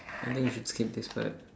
I think we should skip this part